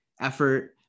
effort